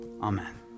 Amen